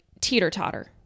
teeter-totter